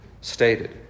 stated